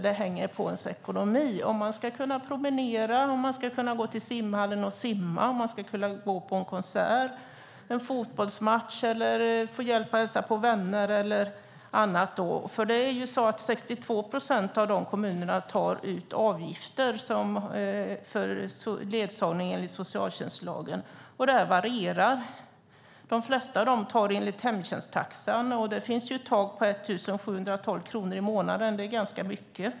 Det hänger på den egna ekonomin om man ska kunna promenera, gå till simhallen, gå på konsert eller fotbollsmatch, hälsa på vänner eller annat. 62 procent av kommunerna tar ut avgifter för ledsagning enligt socialtjänstlagen, och avgifterna varierar. De flesta tar betalt enligt hemtjänsttaxan. Där är taket 1 712 kronor i månaden, vilket är ganska mycket.